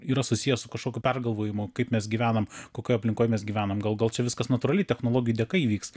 yra susijęs su kažkokiu pergalvojimu kaip mes gyvenam kokioje aplinkoje mes gyvenam gal čia viskas natūraliai technologijų dėka įvyks